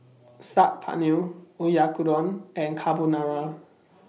Saag Paneer Oyakodon and Carbonara